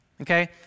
okay